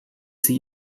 sie